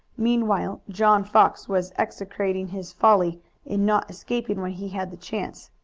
meanwhile john fox was execrating his folly in not escaping when he had the chance.